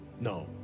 no